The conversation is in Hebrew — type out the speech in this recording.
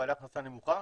בעלי השכלה נמוכה,